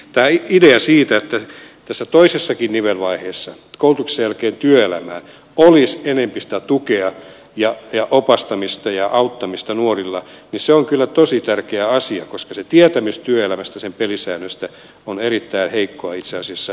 tämä idea siitä että tässä toisessakin nivelvaiheessa koulutuksen jälkeen työelämään olisi nuorille enempi sitä tukea ja opastamista ja auttamista on kyllä tosi tärkeä asia koska se tietämys työelämästä ja sen pelisäännöistä on erittäin heikkoa itse asiassa